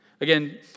Again